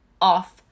off